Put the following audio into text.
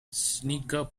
sneaker